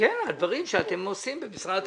על דברים שאתם עושים במשרד התחבורה.